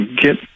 get